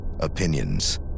opinions